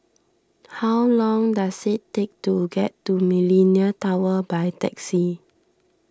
how long does it take to get to Millenia Tower by taxi